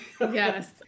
Yes